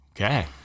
Okay